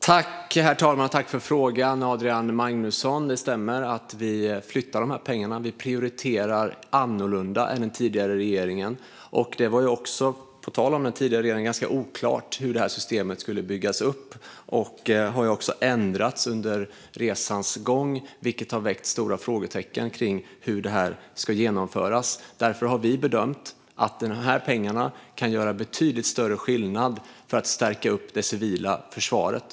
Herr talman! Jag tackar Adrian Magnusson för frågan. Det stämmer att vi flyttar dessa pengar. Vi prioriterar annorlunda än den tidigare regeringen. På tal om den tidigare regeringen var det också ganska oklart hur detta system skulle byggas upp, och det har också ändrats under resans gång. Det har väckt stora frågetecken kring hur detta ska genomföras. Därför har vi bedömt att dessa pengar kan göra betydligt större skillnad för att stärka det civila försvaret.